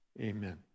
amen